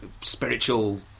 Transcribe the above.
spiritual